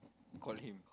call him